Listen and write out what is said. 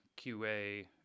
QA